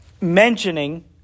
mentioning